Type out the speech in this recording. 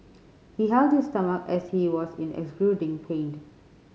he held his stomach as he was in excruciating pained